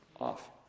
off